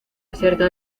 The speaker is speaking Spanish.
acerca